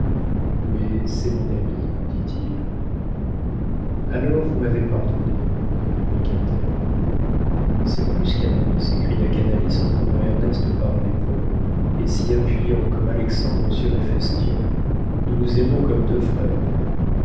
mais c'est mon ami dit-il alors vous m'avez pardonné répliqua-t-elle c'est plus qu'un ami s'écria canalis en prenant ernest par l'épaule et s'y appuyant comme alexandre sur éphestion nous nous aimons comme deux frères